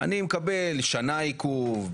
אני מקבל שנה עיכוב,